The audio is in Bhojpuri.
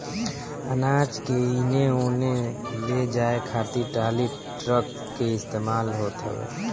अनाज के एने ओने ले जाए खातिर टाली, ट्रक के इस्तेमाल होत हवे